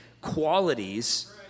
qualities